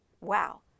Wow